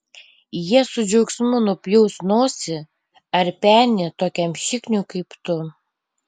jie su džiaugsmu nupjaus nosį ar penį tokiam šikniui kaip tu